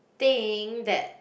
think that